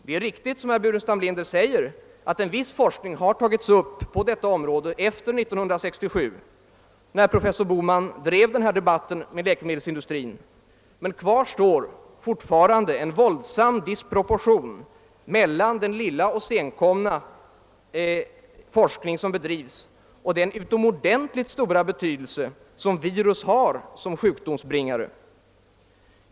Herr Burenstam Linder har rätt i att en viss forskning har tagits upp på detta område efter år 1967, då professor Boman förde denna debatt med läkemedelsindustrin, men kvar står fortfarande en våldsam disproportion mellan den lilla och senkomna forskning som bedrivs och den utomordentligt stora betydelse virus har som sjukdomsbringare.